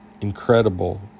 incredible